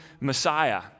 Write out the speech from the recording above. Messiah